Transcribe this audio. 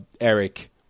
Eric